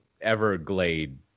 Everglade